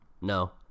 No